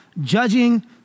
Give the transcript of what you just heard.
judging